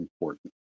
important